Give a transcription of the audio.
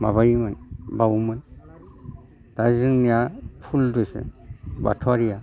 मबाायोमोन बाउओमोन दा जोंनिया फुलदोसो बाथौआरिया